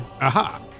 Aha